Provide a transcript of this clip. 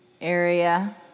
area